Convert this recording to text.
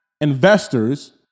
investors